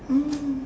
mm